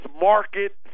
market